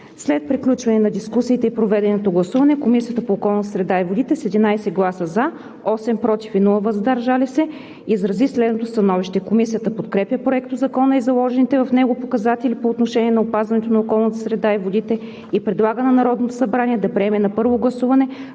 След приключване на дискусията и проведеното гласуване Комисията по околната среда и водите с: 11 гласа „за“, 8 гласа „против“, без „въздържал се“ изрази следното становище: Комисията подкрепя Проектозакона и заложените в него показатели по отношение на опазването на околната среда и водите и предлага на Народното събрание да приеме на първо гласуване